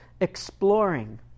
exploring